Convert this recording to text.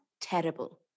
terrible